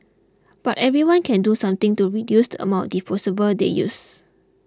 but everyone can do something to reduce the amount disposables they use